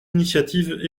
initiatives